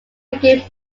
became